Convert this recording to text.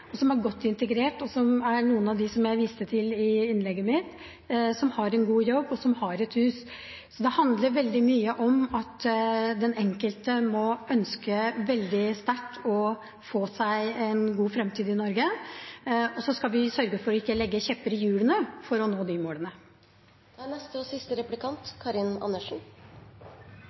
sine, som er godt integrerte, og som er noen av dem som jeg viste til i innlegget mitt, som har en god jobb, og som har et hus. Så det handler veldig mye om at den enkelte må ønske veldig sterkt å få seg en god fremtid i Norge. Vi skal sørge for ikke å stikke kjepper i hjulene for dem, når det gjelder å nå de målene. Det siste er jeg veldig enig i, og